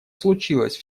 случилось